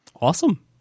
Awesome